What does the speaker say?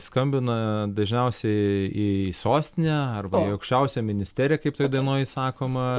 skambina dažniausiai į sostinę arba į aukščiausią ministeriją kaip toj dainoj sakoma